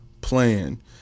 plan